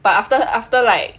but after after like